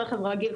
שהוא רכב רגיל,